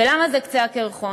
ולמה זה קצה הקרחון?